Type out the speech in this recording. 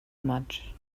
much